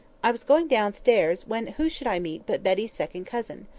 i was going downstairs, when who should i meet but betty's second-cousin.